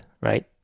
right